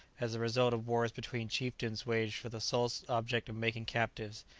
as the result of wars between chieftains waged for the sole object of making captives,